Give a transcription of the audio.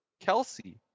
Kelsey